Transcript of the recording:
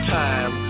time